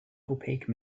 opaque